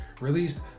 released